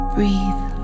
Breathe